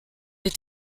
est